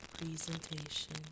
presentation